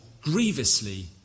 grievously